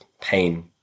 pain